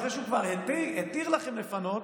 אחרי שהוא כבר התיר לכם לפנות,